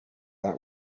that